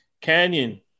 Canyon